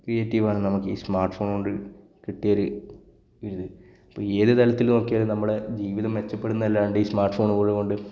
ക്രിയേറ്റീവാണ് നമുക്ക് ഈ smart phone കൊണ്ട് കിട്ടിയൊരു ഒരിത് ഇപ്പോൾ ഈയൊരു തലത്തിൽ നോക്കിയാൽ നമ്മുടെ ജീവിതം മെച്ചപ്പെടുന്നതല്ലാണ്ട് ഈ സ്മാര്ട്ട് ഫോണുകൾ കൊണ്ട്